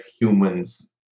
humans